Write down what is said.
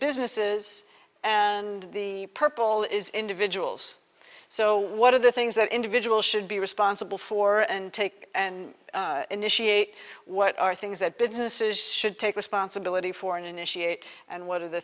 businesses and the purple is individuals so what are the things that individuals should be responsible for and take and initiate what are things that businesses should take responsibility for and initiate and what are the